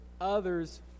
others